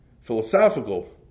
philosophical